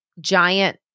giant